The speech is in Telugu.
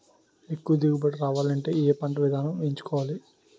ఎక్కువ దిగుబడి రావాలంటే ఏ పంట విధానం ఎంచుకోవాలి?